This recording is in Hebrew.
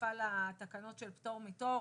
שותפה לתקנות של פטור מתור,